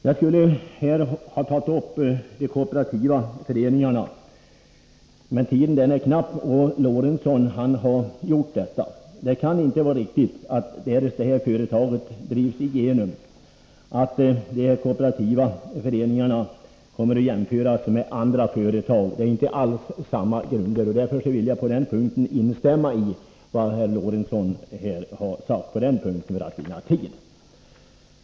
Jag skulle här ha tagit upp frågan om de kooperativa föreningarna, men tiden är knapp, och Sven Eric Lorentzon berörde den frågan i sitt anförande. Det kan inte vara riktigt att, därest löntagarfondsförslaget drivs igenom, de kooperativa föreningarna skall jämföras med andra företag. De verkar inte alls på samma grunder. För att vinna tid kan jag instämma i vad Sven Eric Lorentzon sagt på den punkten.